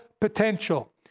potential